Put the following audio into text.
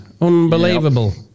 unbelievable